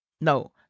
No